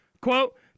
Quote